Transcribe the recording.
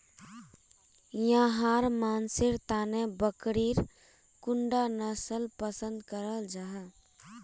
याहर मानसेर तने बकरीर कुंडा नसल पसंद कराल जाहा?